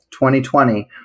2020